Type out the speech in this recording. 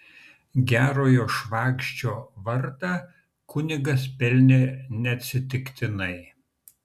gerojo švagždžio vardą kunigas pelnė neatsitiktinai